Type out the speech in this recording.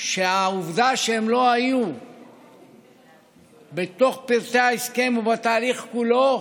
שהעובדה שהם לא היו בתוך פרטי ההסכם ובתהליך כולו